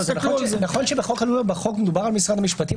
נכון שבחוק מדובר על משרד המשפטים.